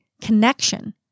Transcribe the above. connection